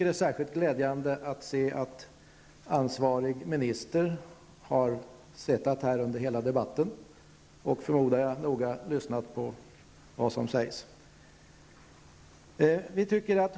Det är särskilt glädjande att se att ansvarig minister har suttit i kammaren under hela debatten och -- förmodar jag -- noga lyssnat på vad som sagts.